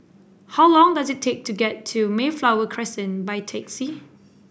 how long does it take to get to Mayflower Crescent by taxi